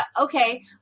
okay